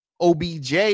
OBJ